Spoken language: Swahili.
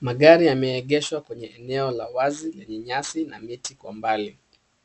Magari yameegeshwa kwenye eneo la wazi lenye nyasi na miti kwa mbali.